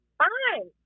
fine